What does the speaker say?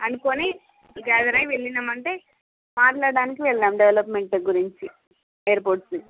అనుకోని గ్యాదర్ అయ్యి వెళ్ళినామంటే మాట్లాడానికి వెళ్దాం డెవలప్మెంట్ గురించి ఎయిర్పోర్ట్ ది